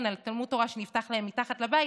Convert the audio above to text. על תלמוד תורה שנפתח להם מתחת לבית,